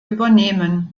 übernehmen